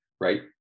right